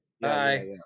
Bye